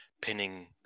pinning